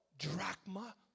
drachma